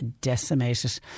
decimated